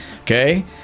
okay